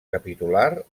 capitular